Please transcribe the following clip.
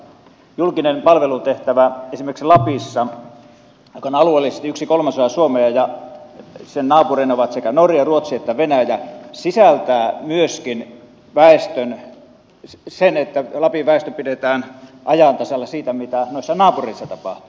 julkinen palvelutehtävä esimerkiksi lapissa joka on alueellisesti yksi kolmasosa suomea ja jonka naapureina ovat sekä norja ruotsi että venäjä sisältää myöskin sen että lapin väestö pidetään ajan tasalla siitä mitä noissa naapureissa tapahtuu